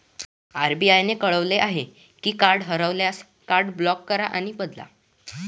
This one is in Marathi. आर.बी.आई ने कळवले आहे की कार्ड हरवल्यास, कार्ड ब्लॉक करा आणि बदला